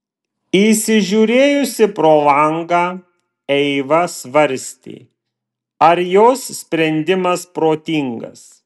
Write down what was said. įsižiūrėjusi pro langą eiva svarstė ar jos sprendimas protingas